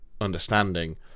understanding